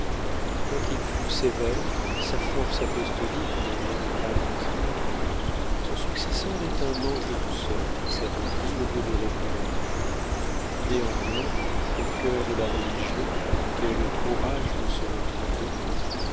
quoiqu'il fût sévère sa force apostolique me manquera toujours son successeur est un ange de douceur qui s'attendrit au lieu de réprimander néanmoins au cœur de la religion quel courage ne se retremperait